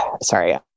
Sorry